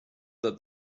that